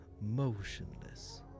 motionless